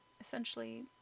essentially